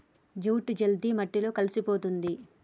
jute జల్ది మట్టిలో కలిసిపోతుంది